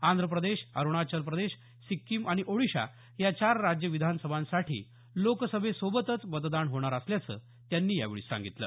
आंध्रप्रदेश अरुणाचल प्रदेश सिक्कीम आणि ओडिशा या चार राज्य विधानसभांसाठी लोकसभेसोबतच मतदान होणार असल्याचं त्यांनी यावेळी सांगितलं